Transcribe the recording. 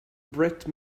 bret